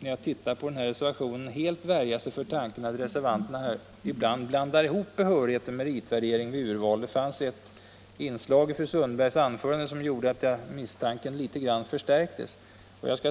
när jag läser reservationen 10, värja mig för tanken att reservanterna understundom blandar ihop berhörighet, meritvärdering och urval. Det fanns ett inslag i fru Sundbergs anförande som gjorde att min misstanke förstärktes litet.